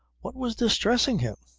what was distressing him?